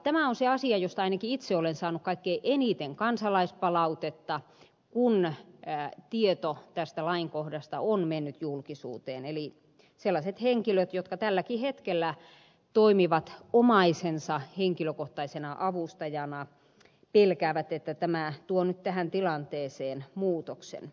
tämä on se asia josta ainakin itse olen saanut kaikkein eniten kansalaispalautetta kun tieto tästä lainkohdasta on mennyt julkisuuteen eli sellaiset henkilöt jotka tälläkin hetkellä toimivat omaisensa henkilökohtaisena avustajana pelkäävät että tämä tuo nyt tähän tilanteeseen muutoksen